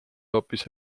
hoopis